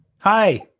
Hi